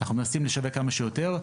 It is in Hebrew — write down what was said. אנחנו מנסים לשווק כמה שיותר.